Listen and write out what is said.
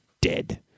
dead